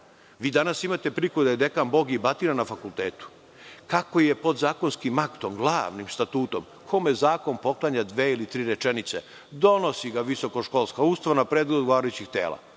danas imate priliku da je dekan bog i batina na fakultetu. Kako je podzakonskim aktom, glavnim statutom, kome zakon poklanja dve ili tri rečenice? Donosi ga visokoškolska ustanova na predlog odgovarajućih tela